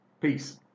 Peace